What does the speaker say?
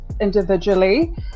individually